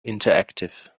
interactive